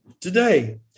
today